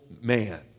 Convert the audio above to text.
man